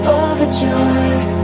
overjoyed